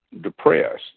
depressed